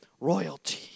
Royalty